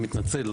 אני מתנצל,